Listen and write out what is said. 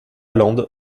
lande